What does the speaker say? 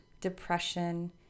depression